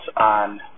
on